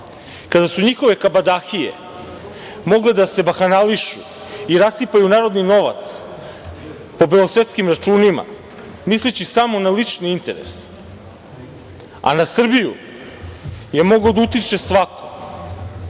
kada su njihove kabadahije mogle da se bahanališu i rasipaju narodni novac po belosvetskim računima misleći samo na lični interes, a na Srbiju je mogao da utiče svako.